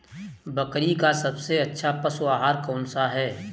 बकरी का सबसे अच्छा पशु आहार कौन सा है?